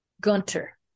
Gunter